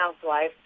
housewife